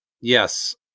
yes